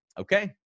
okay